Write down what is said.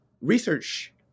research